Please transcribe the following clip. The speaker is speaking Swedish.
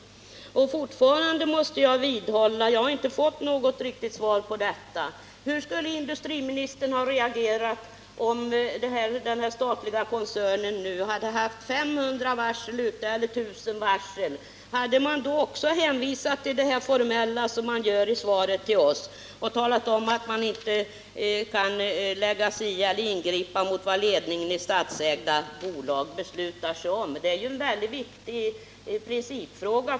Eftersom jag inte har fått något riktigt svar måste jag på nytt fråga: Hur skulle industriministern ha agerat om den statliga koncernen hade haft 500 eller 1000 varsel? Hade man även då hänvisat till formaliteter som industriministern gjorde i svaret till oss? Hade man sagt att man inte kan ingripa mot vad ledningen för statsägda bolag beslutar? Med tanke på framtiden är ju detta en mycket viktig principfråga.